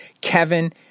Kevin